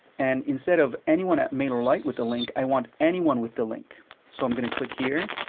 and instead of anyone at mailerlite with the link i want anyone with the link so i'm going to click here.